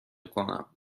کنم